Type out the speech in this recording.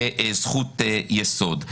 כזכות יסוד.